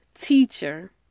Teacher